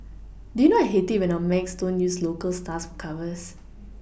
do you know I hate it when our mags don't use local stars for covers